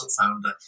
founder